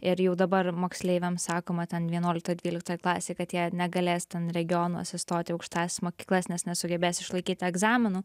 ir jau dabar moksleiviams sakoma ten vienuoliktoj dvyliktoj klasėje kad jie negalės ten regionuose įstot į aukštąsias mokyklas nes nesugebės išlaikyti egzaminų